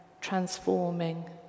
transforming